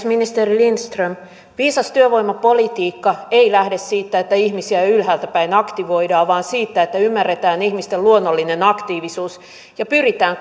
ministeri lindström viisas työvoimapolitiikka ei lähde siitä että ihmisiä ylhäältä päin aktivoidaan vaan siitä että ymmärretään ihmisten luonnollinen aktiivisuus ja pyritään